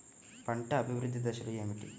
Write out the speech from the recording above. పంట అభివృద్ధి దశలు ఏమిటి?